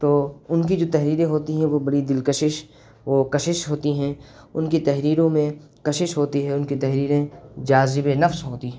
تو ان کی جو تحریریں ہوتی ہیں وہ بڑی دل کشش و کشش ہوتی ہیں ان کی تحریروں میں کشش ہوتی ہے ان کی تحریریں جاذب نفس ہوتی ہیں